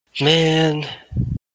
Man